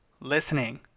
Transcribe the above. listening